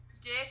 dick